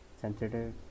sensitive